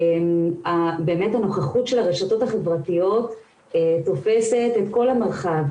באמת הנוכחות של הרשתות החברתיות תופסת את כל המרחב,